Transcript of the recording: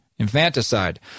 infanticide